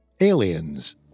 aliens